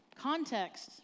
Context